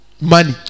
Money